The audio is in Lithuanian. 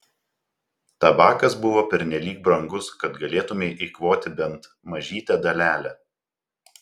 tabakas buvo pernelyg brangus kad galėtumei eikvoti bent mažytę dalelę